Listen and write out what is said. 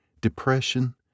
depression